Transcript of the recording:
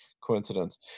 coincidence